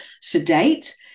sedate